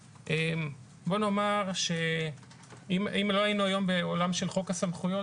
בוא נאמר שאם לא היינו היום בעולם של חוק הסמכויות